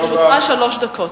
לרשותך שלוש דקות.